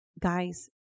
guys